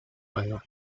eier